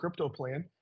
CryptoPlan